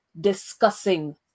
discussing